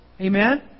Amen